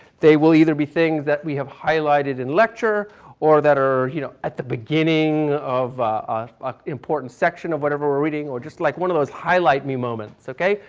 they will either be things that we have highlighted in lecture or that are you know at the beginning of an ah important section of whatever we are reading or just like one of those highlight me moments, okay.